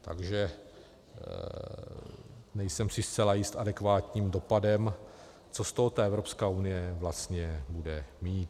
Takže nejsem si zcela jist adekvátním dopadem, co z toho ta Evropská unie vlastně bude mít.